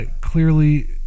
clearly